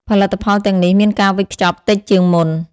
ផលិតផលទាំងនេះមានការវេចខ្ចប់តិចជាងមុន។